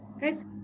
guys